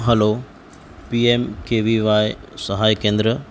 hello P M K V Y સહાય કેન્દ્ર